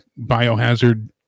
biohazard